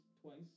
twice